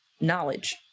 knowledge